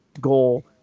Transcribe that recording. Goal